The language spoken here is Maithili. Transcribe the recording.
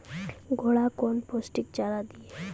घोड़ा कौन पोस्टिक चारा दिए?